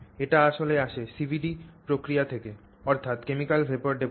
এটি আসলে আসে CVD প্রক্রিয়া থেকে অর্থাৎ Chemical Vapour Deposition